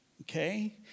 Okay